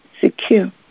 secure